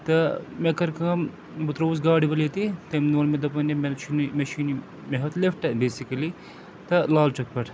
تہٕ مےٚ کٔر کٲم بہٕ ترٛووُس گاڑِ وٲلۍ ییٚتی تٔمۍ ووٚن مےٚ دوٚپُن یے مےٚ نہ چھُنہٕ یہِ مےٚ چھُے نہٕ مےٚ ہیوٚت لِفٹ بیسِکٔلی تہٕ لال چوک پٮ۪ٹھ